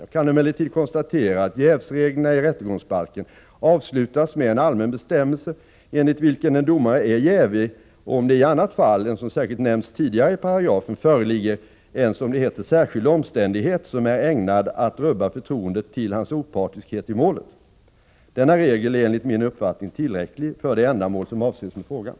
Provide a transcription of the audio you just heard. Jag kan emellertid konstatera att jävsreglerna i rättegångsbalken avslutas med en allmän bestämmelse, enligt vilken en domare är jävig, om det i annat fall än som särskilt nämnts tidigare i paragrafen föreligger en ”särskild omständighet, som är ägnad att rubba förtroendet till hans opartiskhet i målet”. Denna regel är enligt min uppfattning tillräcklig för det ändamål som avses med frågan.